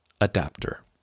Adapter